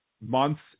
months